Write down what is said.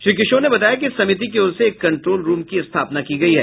श्री किशोर ने बताया कि समिति की ओर से एक कंट्रोल रूप की स्थापना की गयी है